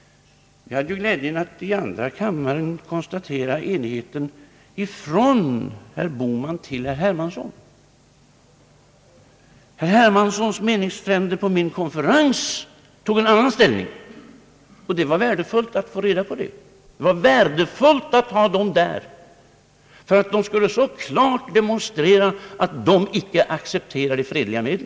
Jag hade glädjen att i andra kammaren få konstatera en sådan enighet ifrån herr Bohman till herr Hermansson. Herr Hermanssons meningsfränder på min konferens hade en annan inställning. Det var värdefullt att få reda på den. Det var värdefullt att ha dem där för att de så klart skulle demonstrera, att de inte accepterar fredliga medel.